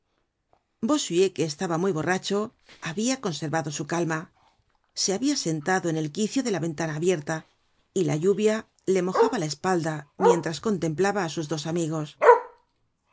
bossuet que estaba muy borracho habia conservado su calma se habia sentado en el quicio de la ventana abierta y la lluvia le mojaba la espalda mientras contemplaba á sus dos amigos